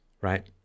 right